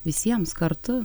visiems kartu